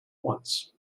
once